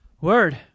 Word